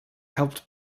helped